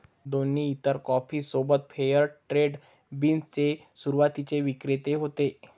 दोन्ही इतर कॉफी सोबत फेअर ट्रेड बीन्स चे सुरुवातीचे विक्रेते होते